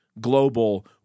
Global